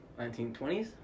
1920s